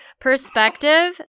Perspective